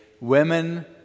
Women